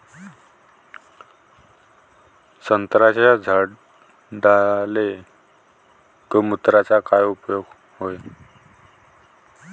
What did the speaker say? संत्र्याच्या झाडांले गोमूत्राचा काय उपयोग हाये?